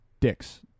dicks